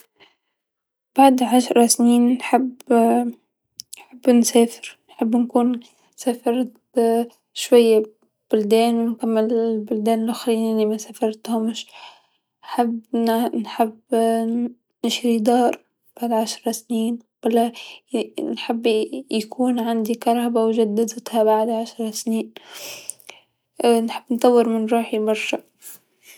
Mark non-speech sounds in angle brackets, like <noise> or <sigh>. بعد عشر سنين نحب، نحب نسافر نحب نكون سافرت شويا بلدان، نكمل البلدان لوخرين لمسافرتهمش، حب-نحب نشري دار بعد عشر سنين و لا نحب يكون عندي كهربا و جددتها بعد عشر سنين <hesitation> نحب نطور من روحي برشا،